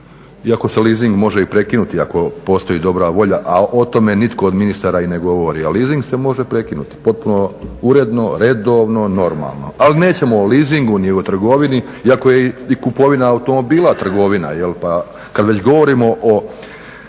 Iako se leasing može i prekinuti ako postoji dobra volja a o tome nitko od ministara i ne govori. A leasing se može prekinuti, potpuno uredno, redovno, normalno. Ali nećemo o leasingu ni o trgovinu, iako je i kupovina automobila trgovina. Pa kada već govorimo o